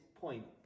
point